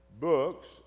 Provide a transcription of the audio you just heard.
books